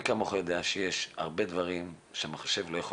מי כמוך יודע שיש הרבה דברים שמחשב לא יכול